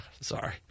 Sorry